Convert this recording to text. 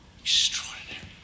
Extraordinary